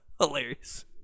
Hilarious